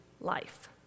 life